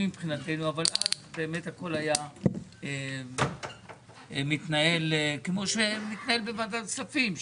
מבחינתנו אבל אז באמת הכול היה מתנהל כמו שמתנהל בוועדת כספים,